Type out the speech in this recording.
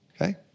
Okay